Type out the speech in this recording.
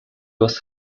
was